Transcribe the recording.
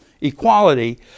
equality